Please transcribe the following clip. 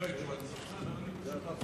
אחרי תשובת השר, בסדר.